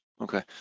Okay